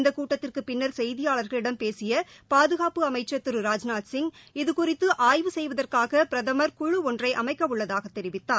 இந்த கூட்டத்திற்கு பின்னர் செய்தியாளர்களிடம் பேசிய பாதுகாப்புத்துறை அமைச்சர் திரு ராஜ்நாத் சிய் இது குறித்து ஆய்வு செய்வதற்காக பிரதமர் குழு ஒன்றை அமைக்கவுள்ளதாக தெரிவித்தார்